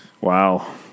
wow